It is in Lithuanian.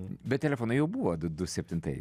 bet telefonai jau buvo du du septintai